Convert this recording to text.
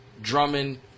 Drummond